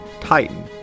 Titan